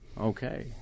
Okay